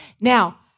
Now